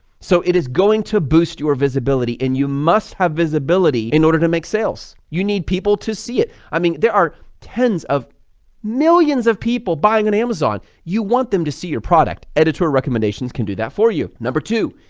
so it is going to boost your visibility and you must have visibility in order to make sales. you need people to see it, i mean there are tens of millions of people buying on amazon. you want them to see your product editor recommendations, can do that for you. number two,